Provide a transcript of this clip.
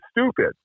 stupid